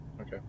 Okay